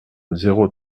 zéro